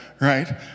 right